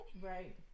right